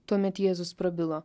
tuomet jėzus prabilo